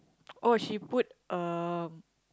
oh she put uh